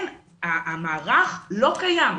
המערך לא קיים,